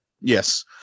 Yes